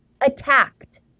attacked